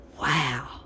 wow